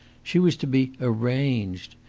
she was to be arranged.